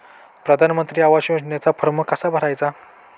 प्रधानमंत्री आवास योजनेचा फॉर्म कसा भरायचा?